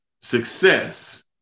success